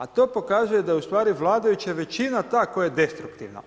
A to pokazuje da je ustvari vladajuća većina ta koja je destruktivna.